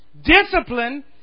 Discipline